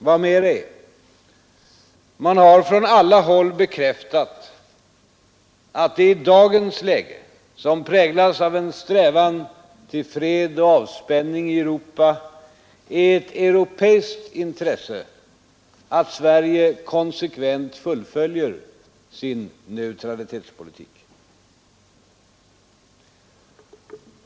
Vad mer är: man har från alla håll bekräftat att det i dagens läge, som präglas av en strävan till fred och avspänning i Europa, är ett europeiskt intresse att Sverige konsekvent fullföljer sin neutralitetspolitik.